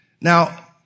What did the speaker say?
Now